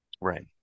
Right